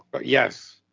Yes